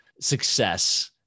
success